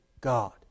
God